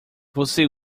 você